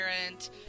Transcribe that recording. parent